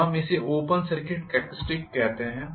तो हम इसे ओपन सर्किट कॅरेक्टरिस्टिक्स कहते हैं